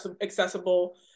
accessible